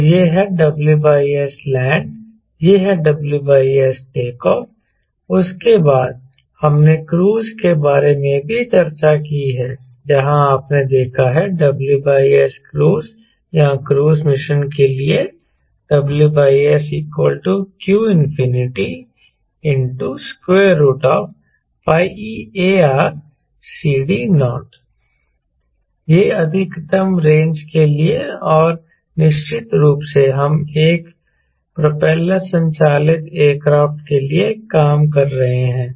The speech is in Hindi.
तो यह है WSLand यह है WSTO उसके बाद हमने क्रूज के बारे में भी चर्चा की है जहाँ आपने देखा है WSCruise या क्रूज़ मिशन के लिए WSqπAReCD0 यह अधिकतम रेंज के लिए है और निश्चित रूप से हम एक प्रोपेलर संचालित एयरक्राफ्ट के लिए काम कर रहे हैं